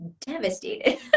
devastated